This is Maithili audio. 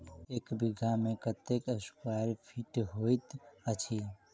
एक बीघा मे कत्ते स्क्वायर फीट होइत अछि?